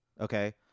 okay